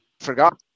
forgot